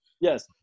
Yes